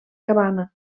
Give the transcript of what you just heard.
cabana